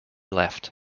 left